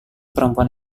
perempuan